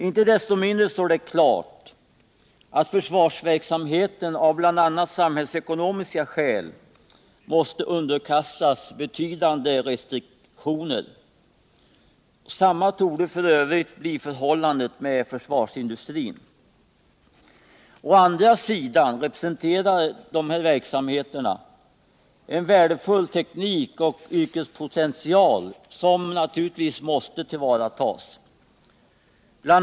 Inte desto mindre står det klart att försvarsverksamheten bl.a. av samhällsekonomiska skäl måste underkastas betydande restriktioner. Detsamma torde f. ö. bli förhållandet med försvarsindustrin. Å andra sidan representerar dessa verksamheter en värdefull teknikoch yrkespotential, som naturligtvis måste tillvaratas. Bl.